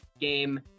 game